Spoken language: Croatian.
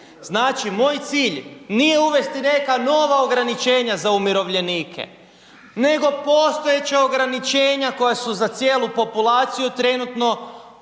Znači moj cilj nije uvesti neka nova ograničenja za umirovljenike, nego postojeća ograničenja koja su za cijelu populaciju trenutno